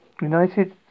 United